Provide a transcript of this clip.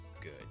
good